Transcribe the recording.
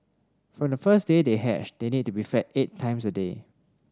from the first day they hatch they need to be fed eight times a day